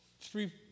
three